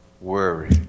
Worry